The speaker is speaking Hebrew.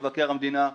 ממבקר המדינה,